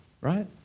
right